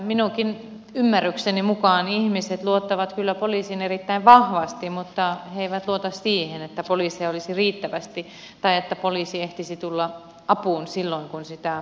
minunkin ymmärrykseni mukaan ihmiset luottavat kyllä poliisiin erittäin vahvasti mutta he eivät luota siihen että poliiseja olisi riittävästi tai että poliisi ehtisi tulla apuun silloin kun sitä tarvitsee